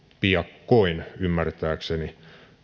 piakkoin ymmärtääkseni